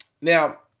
Now